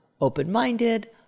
open-minded